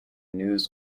news